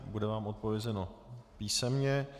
Bude vám odpovězeno písemně.